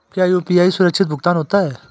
क्या यू.पी.आई सुरक्षित भुगतान होता है?